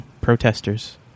protesters